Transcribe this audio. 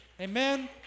Amen